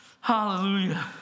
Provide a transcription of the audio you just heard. Hallelujah